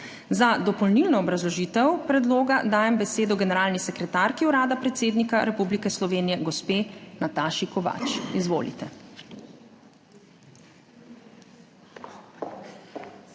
Za dopolnilno obrazložitev predloga dajem besedo generalni sekretarki Urada predsednika Republike Slovenije gospe Nataši Kovač. Izvolite.